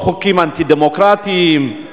בחוקים אנטי-דמוקרטיים,